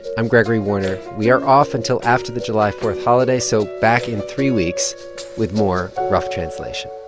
i'm gregory warner. we are off until after the july four holiday, so back in three weeks with more rough translation